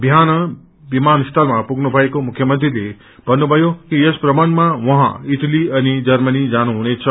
बिहान विमान स्थलमा पुग्नु भएको मुख्यमंत्रीले भन्नुभ्नयो कि यस भ्रमणमा उाहाँ इटली अनि जम्रनी जानुहुनेछ